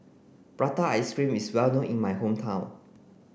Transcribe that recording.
prata ice cream is well known in my hometown